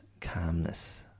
calmness